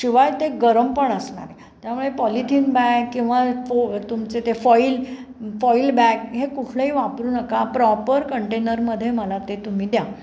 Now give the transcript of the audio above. शिवाय ते गरम पण असणार आहे त्यामुळे पॉलिथिन बॅग किंवा तुमचे ते फॉईल फॉईल बॅग हे कुठलेही वापरू नका प्रॉपर कंटेनरमध्ये मला ते तुम्ही द्या